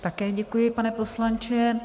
Také děkuji, pane poslanče.